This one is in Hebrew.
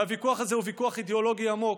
והוויכוח הזה הוא ויכוח אידיאולוגי עמוק.